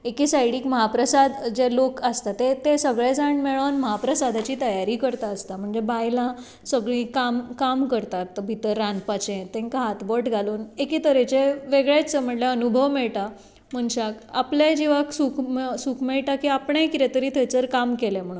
एके सायडिक म्हाप्रसाद जे लोक आसता तें तें सगळें जाण मेळोन म्हाप्रसादाची तयारी करता आसता म्हणजे बायलां सगळीं काम काम करता भितर रांदपाचे तेंका हातबोट घालून एकेतरेचे वेगळेंच म्हणल्यार अनुभव मेळटा मनशाक आपल्याय जीवाक सुक सुक मेळटा की आपणें किदे तरी थंयसर काम केले म्हणोन